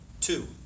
Two